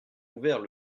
ouvert